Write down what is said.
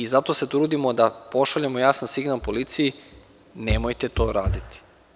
Zato se trudimo da pošaljemo jasan signal policiji – nemojte to raditi.